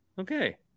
Okay